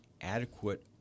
adequate